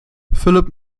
philipp